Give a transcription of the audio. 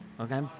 Okay